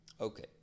Okay